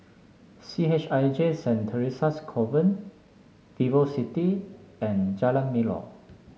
C H I J Saint Theresa's Convent VivoCity and Jalan Melor